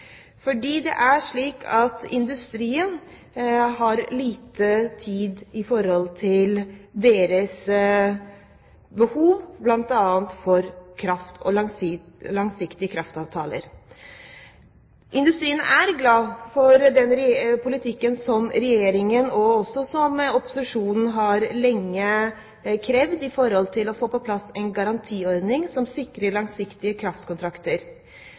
industrien har liten tid i forhold til sine behov bl.a. for kraft og langsiktige kraftavtaler. Industrien er glad for den politikken som Regjeringen, og også opposisjonen, lenge har ført når det gjelder å få på plass en garantiordning som sikrer langsiktige kraftkontrakter.